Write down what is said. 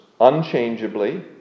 unchangeably